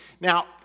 Now